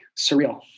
surreal